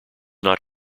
not